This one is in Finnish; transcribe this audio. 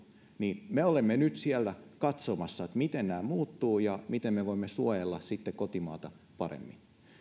niin me olemme nyt siellä katsomassa miten nämä muuttuvat ja miten me voimme suojella sitten kotimaata paremmin